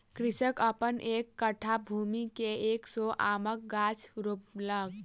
कृषक अपन एक कट्ठा भूमि में एक सौ आमक गाछ रोपलक